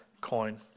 coin